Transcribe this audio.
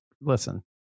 listen